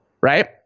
Right